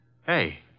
Hey